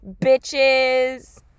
bitches